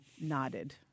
nodded